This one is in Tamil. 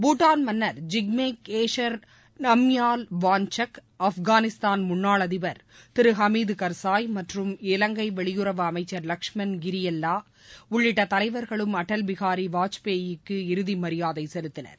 பூடான் மன்னர் ஜிக்மே கேசர் நம்யால் வான்சக் ஆப்கானிஸ்தான் முன்னாள் அதிபர் திரு அமீத் கர்சாய் மற்றும் இலங்கை வெளியுறவு அமைச்சர் லஷ்மண் கிரில்லா உள்ளிட்ட தலைவர்களும் அடல் பிகாரி வாஜ்பாயிக்கு இறுதி மரியாதை செலுத்தினர்